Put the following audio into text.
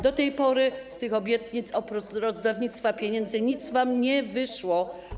Do tej pory z tych obietnic oprócz rozdawnictwa pieniędzy nic wam nie wyszło.